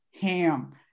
ham